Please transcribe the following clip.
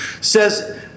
says